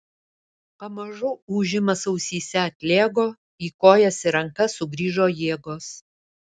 pamažu ūžimas ausyse atlėgo į kojas ir rankas sugrįžo jėgos